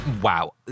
wow